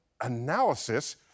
analysis